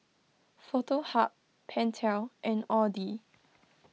Foto Hub Pentel and Audi